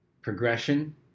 progression